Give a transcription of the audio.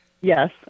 Yes